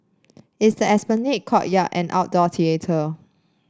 it's the Esplanade courtyard and outdoor theatre